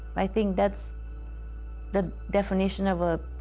i think that's the definition of a